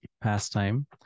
pastime